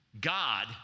God